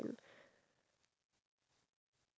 no wait I think yours is times